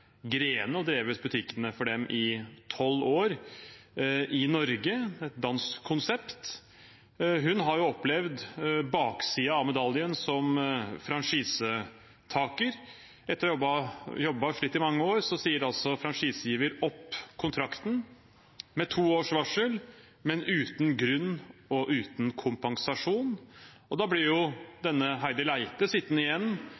Grene og drevet butikk for dem i tolv år i Norge – et dansk konsept. Hun har opplevd baksiden av medaljen som franchisetaker. Etter at hun har jobbet og slitt i mange år, sier altså franchisegiver opp kontrakten med to års varsel, men uten grunn og uten kompensasjon. Da blir Heidi Leite sittende igjen